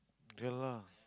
ya lah